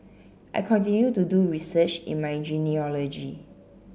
I continue to do research in my genealogy